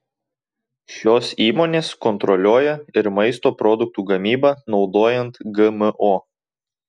šios įmonės kontroliuoja ir maisto produktų gamybą naudojant gmo